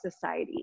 Society